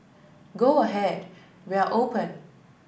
go ahead we are open